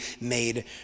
made